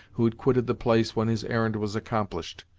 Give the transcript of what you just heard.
who had quitted the place when his errand was accomplished.